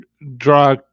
draw